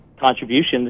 contributions